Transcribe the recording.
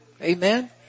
Amen